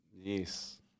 Yes